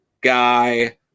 guy